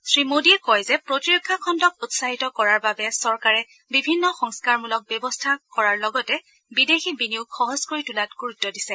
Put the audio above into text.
শ্ৰীমোদীয় কয় যে প্ৰতিৰক্ষা খণুক উৎসাহিত কৰাৰ বাবে চৰকাৰে বিভিন্ন সংস্থাৰমূলক ব্যৱস্থা কৰাৰ লগতে বিদেশী বিনিয়োগ সহজ কৰি তোলাত গুৰুত্ব দিছে